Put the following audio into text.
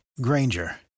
granger